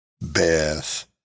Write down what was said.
Beth